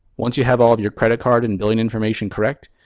once you have all your credit card and billing information correct,